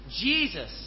Jesus